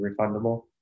refundable